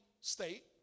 state